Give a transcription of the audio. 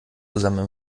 zusammen